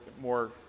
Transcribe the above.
more